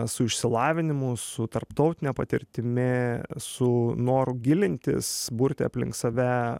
su išsilavinimu su tarptautine patirtimi su noru gilintis burti aplink save